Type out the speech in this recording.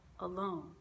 alone